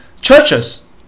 churches